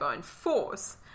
force